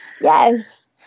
Yes